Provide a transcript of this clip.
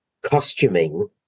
costuming